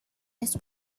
las